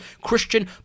Christian